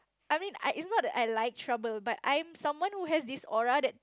I mean I it's not that I like trouble but I'm someone who has this aura that